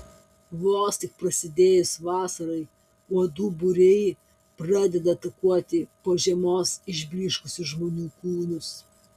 vos tik prasidėjus vasarai uodų būriai pradeda atakuoti po žiemos išblyškusius žmonių kūnus